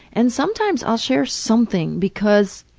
and sometimes i'll share something because